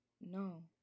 no